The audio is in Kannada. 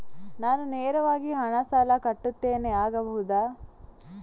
ನಾನು ನೇರವಾಗಿ ಹಣ ಸಾಲ ಕಟ್ಟುತ್ತೇನೆ ಆಗಬಹುದ?